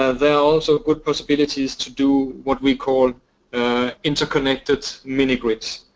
ah there are also good possibilities to do what we call interconnected mini-grids.